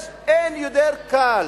אין יותר קל,